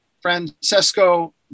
Francesco